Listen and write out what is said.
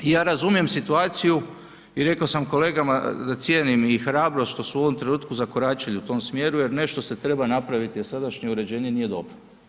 Ja razumijem situaciju i reko sam kolegama da cijenim i hrabrost što su u ovom trenutku zakoračili u tom smjeru jer nešto se treba napraviti jer sadašnje uređenje nije dobro.